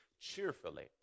cheerfully